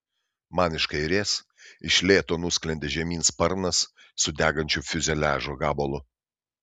man iš kairės iš lėto nusklendė žemyn sparnas su degančiu fiuzeliažo gabalu